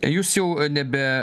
jūs jau nebe